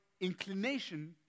inclination